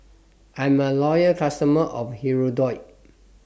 I'm A Loyal customer of Hirudoid